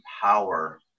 power